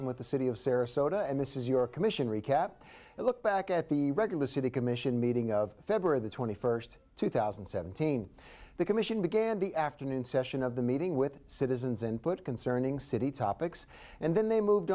with the city of sarasota and this is your commission recap a look back at the regular city commission meeting of february the twenty first two thousand and seventeen the commission began the afternoon session of the meeting with citizens input concerning city topics and then they moved